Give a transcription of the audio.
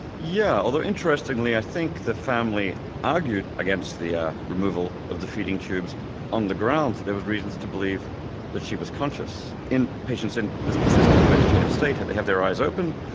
yeah although interestingly i think the family argued against the ah removal of the feeding tubes on the grounds that there were reasons to believe that she was conscious. in patients in this persistent vegetative state have have their eyes open,